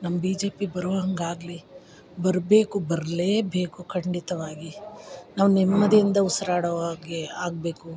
ನಮ್ಮ B J P ಬರೋಹಂಗಾಗ್ಲಿ ಬರಬೇಕು ಬರಲೇಬೇಕು ಖಂಡಿತವಾಗಿ ನಾವು ನೆಮ್ಮದಿಯಿಂದ ಉಸಿರಾಡೊವಾಗೆ ಆಗಬೇಕು